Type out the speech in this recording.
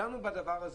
דנו בדבר הזה,